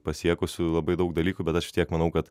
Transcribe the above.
pasiekusių labai daug dalykų bet aš vis tiek manau kad